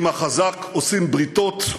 עם החזק עושים בריתות.